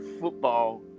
football